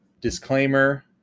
disclaimer